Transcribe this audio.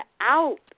out